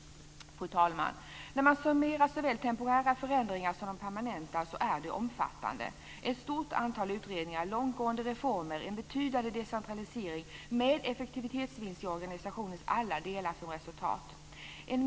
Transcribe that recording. Fru talman! När man summerar såväl temporära förändringar som permanenta ser man att de är omfattande. Det är ett stort antal utredningar, långtgående reformer och en betydande decentralisering med effektivitetsvinst i organisationens alla delar som resultat.